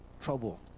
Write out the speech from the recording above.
trouble